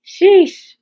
Sheesh